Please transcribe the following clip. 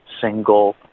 single